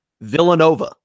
Villanova